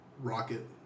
rocket